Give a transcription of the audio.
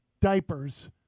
diapers